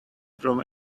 from